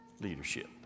leadership